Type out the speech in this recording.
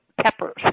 Peppers